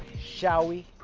shall we?